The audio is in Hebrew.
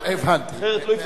הבנו.